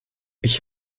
ich